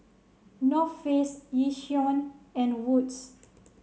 North Face Yishion and Wood's